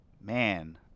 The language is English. Man